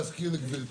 אם יסמיכו אותה.